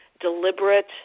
deliberate